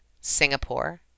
Singapore